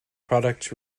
product